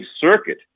Circuit